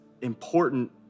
important